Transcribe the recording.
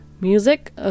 Music